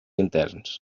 interns